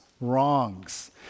wrongs